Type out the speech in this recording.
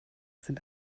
sind